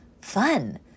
fun